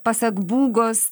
pasak būgos